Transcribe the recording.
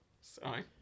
Sorry